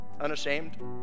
unashamed